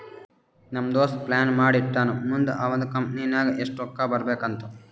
ನಮ್ ದೋಸ್ತ ಈಗೆ ಪ್ಲಾನ್ ಮಾಡಿ ಇಟ್ಟಾನ್ ಮುಂದ್ ಅವಂದ್ ಕಂಪನಿ ನಾಗ್ ಎಷ್ಟ ರೊಕ್ಕಾ ಇರ್ಬೇಕ್ ಅಂತ್